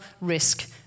Risk